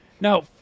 No